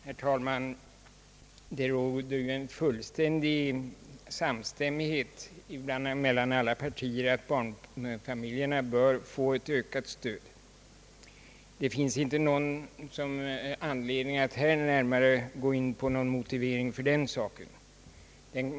Herr talman! Det råder full samstämmighet mellan alla partier om att barnfamiljerna bör få ökat stöd. Det finns då inte någon anledning att här närmare motivera den uppfattningen.